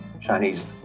Chinese